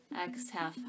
Exhale